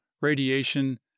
radiation